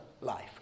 life